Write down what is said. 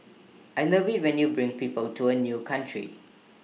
I love IT when you bring people to A new country